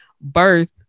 birth